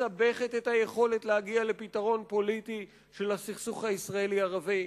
מסבכת את היכולת להגיע לפתרון פוליטי של הסכסוך הישראלי-ערבי.